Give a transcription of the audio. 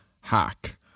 hack